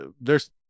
there's-